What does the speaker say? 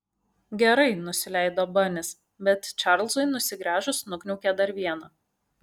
gerai nusileido banis bet čarlzui nusigręžus nukniaukė dar vieną